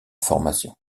formation